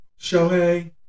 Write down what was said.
Shohei